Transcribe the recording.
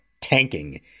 tanking